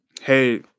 hey